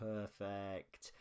Perfect